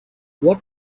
what